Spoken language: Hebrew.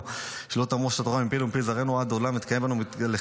ולזרענו שלא תמוש התורה (מפינו ומפי זרענו וזרע זרענו)